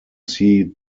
see